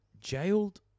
Jailed